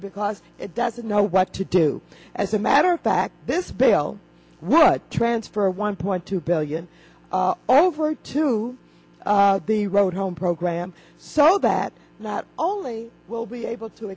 y because it doesn't know what to do as a matter of fact this bill would transfer a one point two billion over to the road home program so that not only will be able to